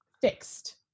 fixed